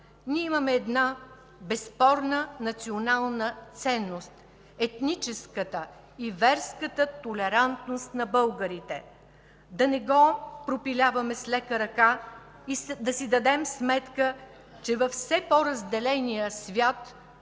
Ние имаме една безспорна национална ценност – етническата и верската толерантност на българите. Да не я пропиляваме с лека ръка и да си дадем сметка, че във все по-разделения свят,